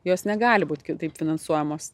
jos negali būt kitaip finansuojamos